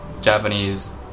Japanese